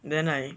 then I